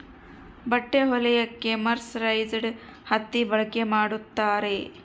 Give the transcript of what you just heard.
ಬಟ್ಟೆ ಹೊಲಿಯಕ್ಕೆ ಮರ್ಸರೈಸ್ಡ್ ಹತ್ತಿ ಬಳಕೆ ಮಾಡುತ್ತಾರೆ